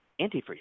antifreeze